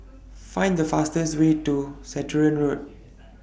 Find The fastest Way to Stratton Road